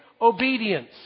obedience